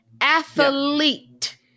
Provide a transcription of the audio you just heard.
athlete